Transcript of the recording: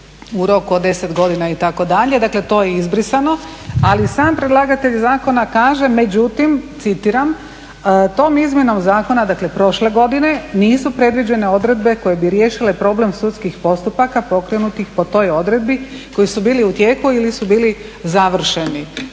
u roku od 10 godina itd. Dakle, to je izbrisano. Ali sam predlagatelj zakona kaže, međutim citiram tom izmjenom zakona, dakle prošle godine nisu predviđene odredbe koje bi riješile problem sudskih postupaka pokrenutih po toj odredbi koji su bili u tijeku ili su bili završeni.